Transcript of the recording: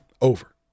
over